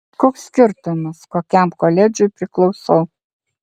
koks skirtumas kokiam koledžui priklausau